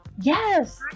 yes